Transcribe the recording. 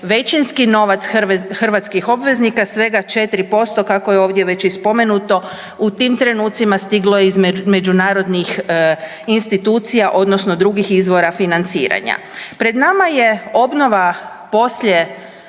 većinski novac hrvatskih obveznika, svega 4% kako je ovdje već i spomenuto u tim trenucima stiglo je iz međunarodnih institucija odnosno drugih izvora financiranja. Pred nama je obnova poslije